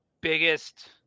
biggest